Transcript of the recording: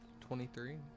Twenty-three